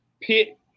pit